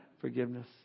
forgiveness